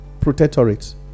protectorate